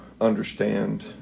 understand